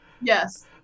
Yes